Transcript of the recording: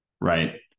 right